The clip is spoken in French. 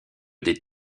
des